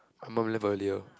my mum left earlier